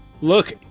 look